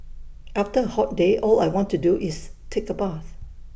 after A hot day all I want to do is take A bath